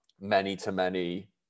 many-to-many